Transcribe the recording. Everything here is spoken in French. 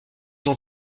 ont